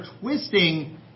twisting